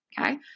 okay